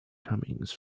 cummings